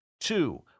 Two